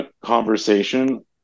conversation